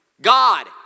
God